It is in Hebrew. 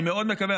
אני מאוד מקווה,